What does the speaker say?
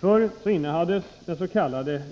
Förr innehades dens.k.